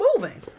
moving